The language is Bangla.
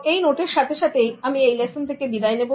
এই নোটের সাথে সাথেই আমি এই লেসন থেকে বিদায় নেব